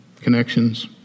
connections